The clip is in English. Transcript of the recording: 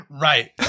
Right